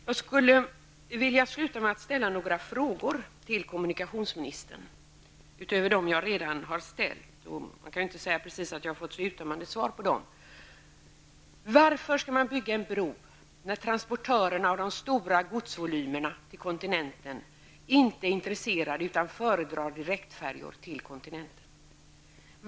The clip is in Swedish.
Jag skulle avslutningsvis vilja ställa några frågor till kommunikationsministern utöver dem jag redan har ställt -- och som jag inte precis kan säga att jag har fått uttömmande svar på. Varför skall man bygga en bro, när de som transporterar de stora godsvolymerna till kontinenten inte är intresserade, utan föredrar direktfärjor till kontinenten?